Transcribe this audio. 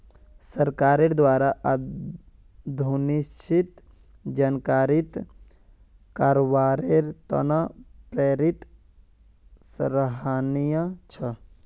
सरकारेर द्वारा अनुसूचित जनजातिक कारोबारेर त न प्रेरित सराहनीय छ